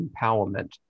empowerment